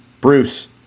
Bruce